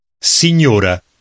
signora